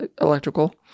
electrical